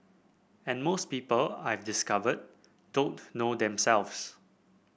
and most people I've discovered don't know themselves